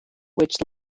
which